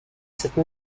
cette